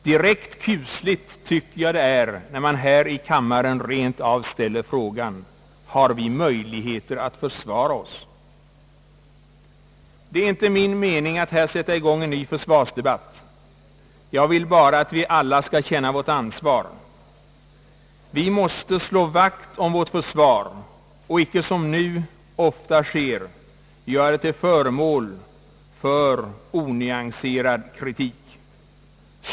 Direkt kusligt tyc ker jag det är när man här i kammaren rent av ställer frågan: Har vi möjligheter att försvara oss? Det är inte min mening att här sätta igång en ny försvarsdebatt. Jag vill bara att vi alla skall känna vårt ansvar. Vi måste slå vakt om vårt försvar och icke, som nu sker, göra det till föremål för ofta onyanserad kritik.